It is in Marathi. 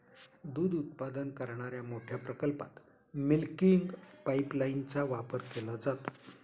दूध उत्पादन करणाऱ्या मोठ्या प्रकल्पात मिल्किंग पाइपलाइनचा वापर केला जातो